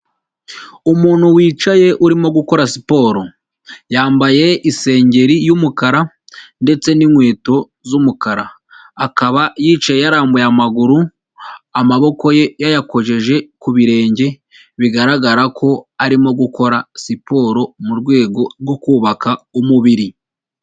Umuntu wicaye urimo gukora siporo. Yambaye isengeri y'umukara ndetse n'inkweto z'umukara. Akaba yicaye yarambuye amaguru, amaboko ye yayakojeje ku birenge, bigaragara ko arimo gukora siporo mu rwego rwo kubaka umubiri.